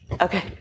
Okay